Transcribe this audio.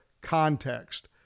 context